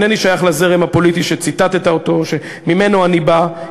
שאיננו שייך לזרם הפוליטי שממנו אני בא,